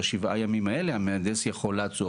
בשבעת הימים האלה המהנדס יכול לעצור